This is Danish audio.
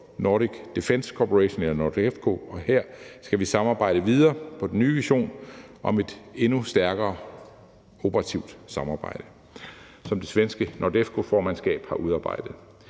Nordic Defence Cooperation, NORDEFCO, og her skal vi samarbejde videre om den nye vision om et endnu stærkere operativt samarbejde, som det svenske NORDEFCO-formandskab har udarbejdet.